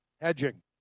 Hedging